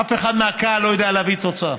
אף אחד מהקהל לא יכול להביא תוצאה.